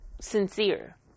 sincere